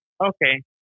Okay